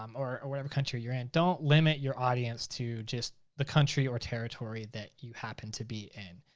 um or or whatever country you're in, don't limit your audience to just the country or territory that you happen to be in.